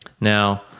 Now